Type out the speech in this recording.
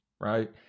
right